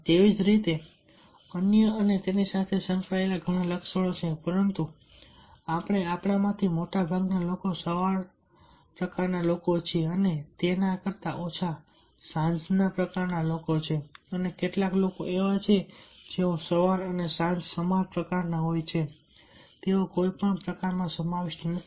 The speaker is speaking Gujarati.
તેવી જ રીતે અન્ય અને તેની સાથે સંકળાયેલા ઘણા લક્ષણો છે પરંતુ આપણે આપણામાંથી મોટાભાગના લોકો સવારના પ્રકારના લોકો છીએ અને તેના કરતા ઓછા સાંજના પ્રકારના લોકો છે અને કેટલાક લોકો એવા છે કે જેઓ સવાર અને સાંજ સમાન પ્રકારના હોય છે તેઓ કોઈપણ પ્રકારમાં સમાવિષ્ટ નથી